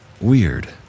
weird